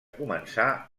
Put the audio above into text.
començar